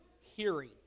hearing